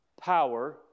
power